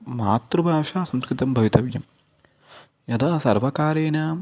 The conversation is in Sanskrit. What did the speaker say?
मातृभाषा संस्कृतं भवितव्यं यदा सर्वकारेण